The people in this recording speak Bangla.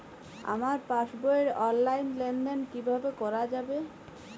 আমার পাসবই র অনলাইন লেনদেন কিভাবে করা যাবে?